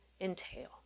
entail